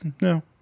no